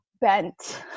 bent